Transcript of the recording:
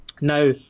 now